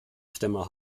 stimme